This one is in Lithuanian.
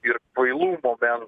ir kvailų momentų